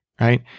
right